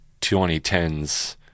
2010s